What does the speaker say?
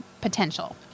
potential